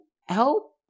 help